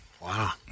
Wow